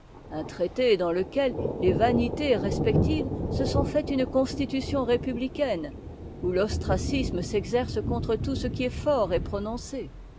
un traité dans lequel les vanités respectives se sont fait une constitution républicaine où l'ostracisme s'exerce contre tout ce qui est fort et prononcé